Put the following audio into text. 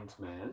man